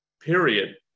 period